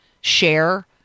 share